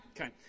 Okay